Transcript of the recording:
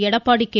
Edappadi K